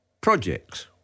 projects